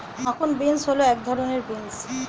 মাখন বিন্স হল এক ধরনের বিন্স